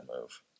move